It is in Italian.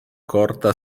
corta